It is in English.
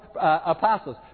apostles